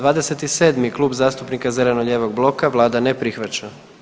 27., Klub zastupnika zeleno-lijevog bloka, Vlada ne prihvaća.